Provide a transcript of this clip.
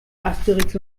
asterix